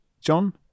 John